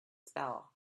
spell